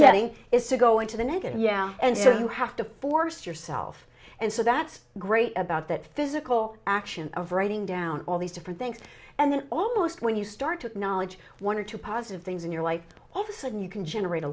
setting is to go into the negative yeah and so you have to force yourself and so that's great about that physical action of writing down all these different things and then almost when you start to knowledge one or two positive things in your life all the sudden you can generate a